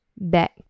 back